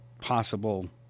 possible